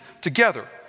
together